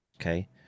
okay